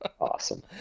Awesome